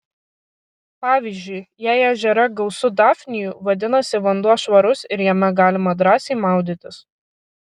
pavyzdžiui jei ežere gausu dafnijų vadinasi vanduo švarus ir jame galima drąsiai maudytis